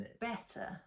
better